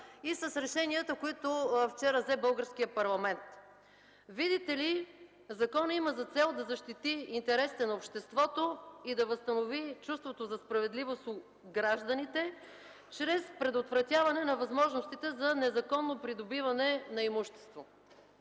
и с решенията, които вчера взе българският парламент. Видите ли, законът има за цел да защити интересите на обществото и да възстанови чувството за справедливост у гражданите чрез предотвратяване на възможностите за незаконно придобиване на имущество.